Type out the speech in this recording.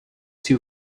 too